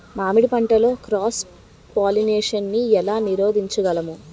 మామిడి పంటలో cross pollination నీ ఏల నీరోధించగలము?